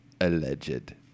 Alleged